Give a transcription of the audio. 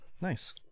nice